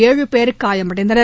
ஏழு பேர் காயமடைந்தனர்